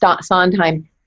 Sondheim